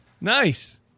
Nice